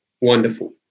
wonderful